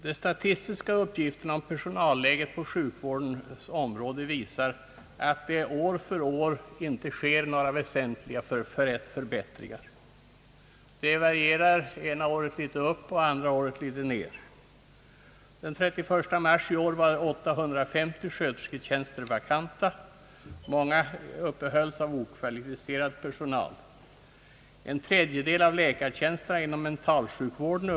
De statistiska uppgifterna om personalläget på sjukvårdens område visar att det år från år inte sker några väsentliga förbättringar. Det varierar så att det går litet upp det ena året och litet ner det andra året.